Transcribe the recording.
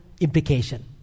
implication